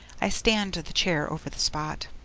i stand the chair over the spot.